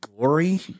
Glory